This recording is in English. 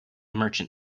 merchant